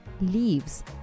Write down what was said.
leaves